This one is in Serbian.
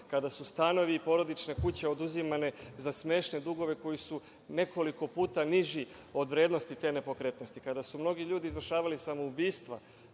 kada su stanovi i porodične kuće oduzimane za smešne dugove koji su nekoliko puta niži od vrednosti te nepokretnosti, kada su mnogi ljudi izvršavali samoubistva